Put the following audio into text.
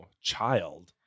child